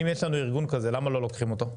אם יש לנו ארגון כזה למה לא לוקחים אותו,